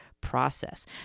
process